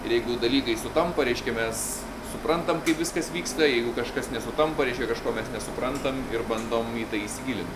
ir jeigu dalykai sutampa reiškia mes suprantame kaip viskas vyksta jeigu kažkas nesutampa reiškia kažko mes nesuprantam ir bandom į tai įsigilint